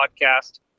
podcast